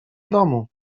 domu